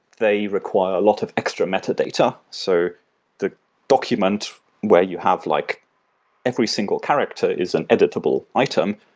they require a lot of extra metadata, so the document where you have like every single character is an editable item,